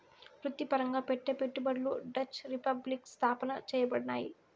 వృత్తిపరంగా పెట్టే పెట్టుబడులు డచ్ రిపబ్లిక్ స్థాపన చేయబడినాయి